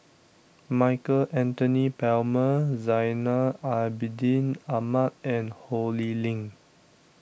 Michael Anthony Palmer Zainal Abidin Ahmad and Ho Lee Ling